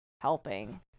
helping